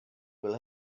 will